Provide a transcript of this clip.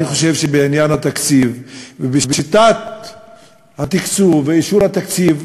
אני חושב שבעניין התקציב ובשיטת התקצוב ואישור התקציב,